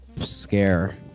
scare